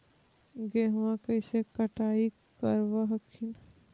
गेहुमा कैसे कटाई करब हखिन?